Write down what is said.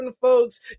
folks